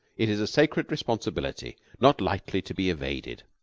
it is a sacred responsibility not lightly to be evaded.